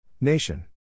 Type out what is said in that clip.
Nation